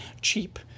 cheap